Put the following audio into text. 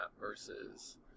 versus